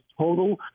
total